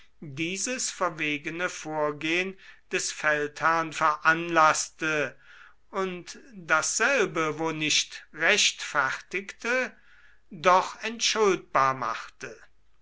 dieses verwegene vorgehen des feldherrn veranlaßte und dasselbe wo nicht rechtfertigte doch entschuldbar machte